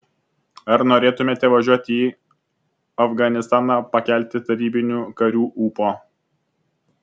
ar norėtumėte važiuoti į afganistaną pakelti tarybinių karių ūpo